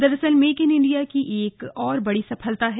दरअसल make in India की ये एक और बड़ी सफलता है